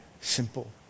simple